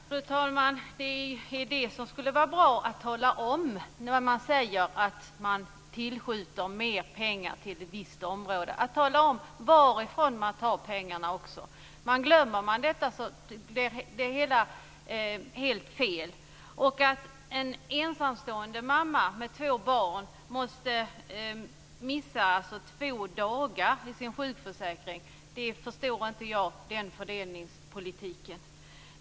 Fru talman! Det är bra att tala om varifrån pengarna ska tas när man säger att man vill tillskjuta mer pengar till ett visst område. Glömmer man det blir det helt fel. Att en ensamstående mamma med två barn ska missa två dagar i sin sjukförsäkring, den fördelningspolitiken förstår inte jag.